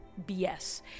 BS